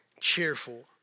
Cheerful